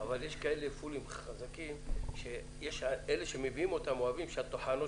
אבל יש פולים חזקים שאלה שמביאים אותם אוהבים שהטוחנות